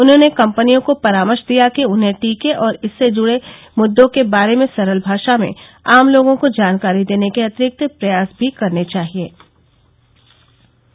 उन्होंने कंपनियों को परामर्श दिया कि उन्हें टीके और इससे संबंधित मुद्दों के बारे में सरल भाषा में आम लोगों को जानकारी देने के अतिरिक्त प्रयास भी करने चाहिएं